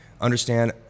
understand